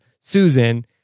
Susan